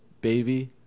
Baby